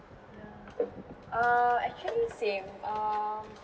ya uh actually same um